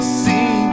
see